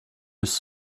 his